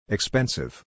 Expensive